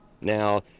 Now